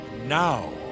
Now